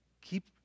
Keep